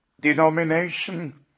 denomination